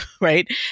right